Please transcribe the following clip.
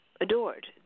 adored